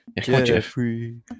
Jeffrey